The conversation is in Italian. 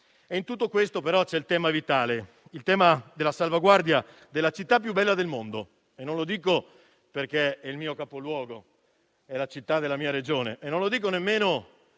In tutto questo però c'è un tema vitale, quello della salvaguardia della città più bella del mondo. Non lo dico perché è il capoluogo della mia Regione, e non lo dico nemmeno